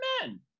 men